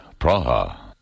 Praha